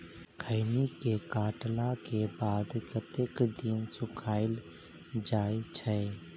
खैनी केँ काटला केँ बाद कतेक दिन सुखाइल जाय छैय?